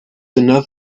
enough